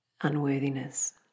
unworthiness